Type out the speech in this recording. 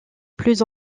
plus